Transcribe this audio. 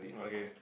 okay